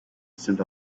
scent